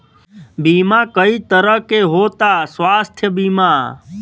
बीमा कई तरह के होता स्वास्थ्य बीमा?